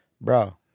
bro